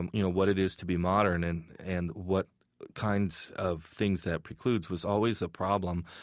and you know, what it is to be modern and and what kinds of things that precludes was always a problem.